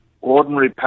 ordinary